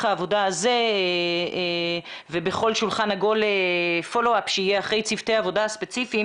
העבודה הזה ובכל שולחן עגול שיעשה פולו-אפ אחרי צוותי העבודה הספציפיים.